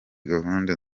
gahunda